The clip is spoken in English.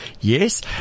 yes